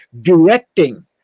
directing